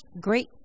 Great